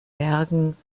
bergen